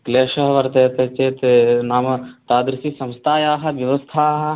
क्लेषः वर्तते चेत् नाम तादृशि संस्थायाः व्यवस्था